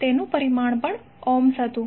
તેનું પરિમાણ પણ ઓહ્મ્સમાં હતું